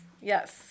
yes